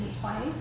twice